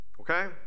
Okay